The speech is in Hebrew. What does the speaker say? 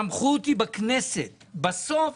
הסמכות היא בכנסת, בסוף